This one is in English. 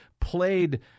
played